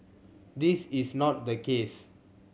this is not the case